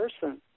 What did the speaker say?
person